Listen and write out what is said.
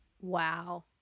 Wow